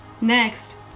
Next